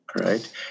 right